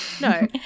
No